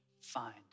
find